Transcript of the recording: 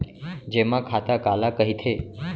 जेमा खाता काला कहिथे?